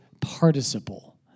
participle